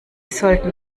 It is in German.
sollten